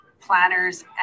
planners